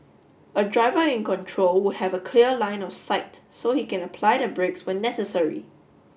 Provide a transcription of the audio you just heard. a driver in control would have a clear line of sight so he can apply the brakes when necessary